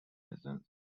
lessons